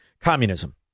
communism